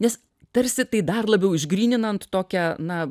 nes tarsi tai dar labiau išgryninant tokią na